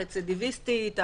הרצידיוויסטית,